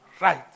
Right